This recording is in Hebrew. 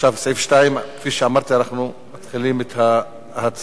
על סעיף 2 אנחנו מתחילים את ההצבעה.